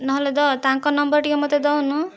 ନହେଲେ ଦ ତାଙ୍କ ନମ୍ବର ଟିକେ ମୋତେ ଦେଉନୁ